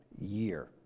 year